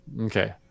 Okay